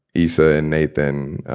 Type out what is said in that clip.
isa and nathan